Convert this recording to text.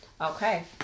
Okay